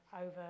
over